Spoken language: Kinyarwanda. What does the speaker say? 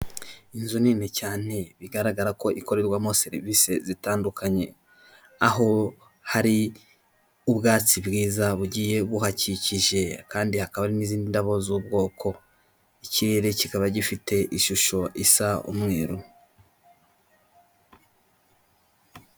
Iyi ni hoteli urabona ko ikeye iri mu mabara meza cyane, amavaze ubona ko akasa neza, ndetse n'ibiti bihatatse amabara y'umutuku, imiryango myiza cyane ushobora kuza rero ukahagera bafite ibyumba bitandukanye, ushobora kuza ukicaramo.